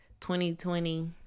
2020